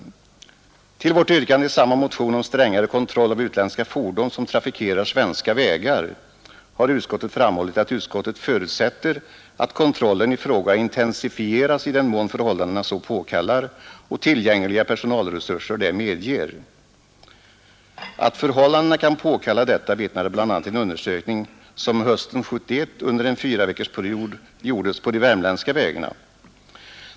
Till vårt yrkande i samma motion om strängare kontroll av utländska fordon som trafikerar svenska vägar har utskottet framhållit, att utskottet förutsätter att kontrollen i fråga intensifieras i den mån förhållandena så påkallar och tillgängliga personalresurser det medger. Att förhållandena kan påkalla detta omvittnar bl.a. en undersökning som hösten 1971 under en fyraveckorsperiod gjordes på de värmländska vägarna.